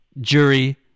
jury